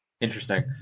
Interesting